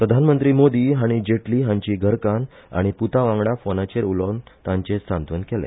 प्रधानमंत्री मोदी हाणी जेटली हांची घरकान्न आनी प्रतावांगडा फोनाचेर उलोवन तांचे सांतवन केले